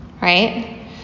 Right